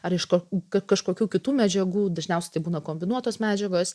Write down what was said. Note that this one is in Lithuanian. ar iš ko kad kažkokių kitų medžiagų dažniausiai tai būna kombinuotos medžiagos